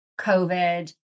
COVID